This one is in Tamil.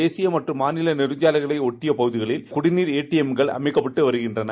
கேசிப மற்றும் மாநில நெடுஞ்சாலைகளை ஒட்டியுள்ள பகுதிகளில் இந்த குடிமீர் வடிஎம்கள் அமைக்கப்பட்டு வருகின்றன